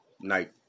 night